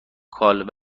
کال